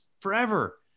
forever